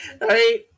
Right